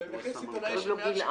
מחיר סיטונאי של מעל 7